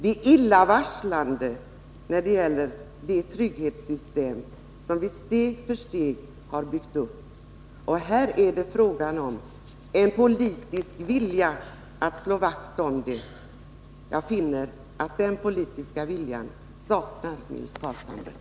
Det är illavarslande när det gäller det trygghetssystem som vi steg för steg har byggt upp. Här är det fråga om att slå vakt om en politisk inriktning. Jag finner att Nils Carlshamre saknar den politiska viljan.